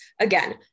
Again